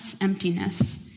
emptiness